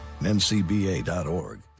ncba.org